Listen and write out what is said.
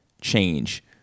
change